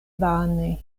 vane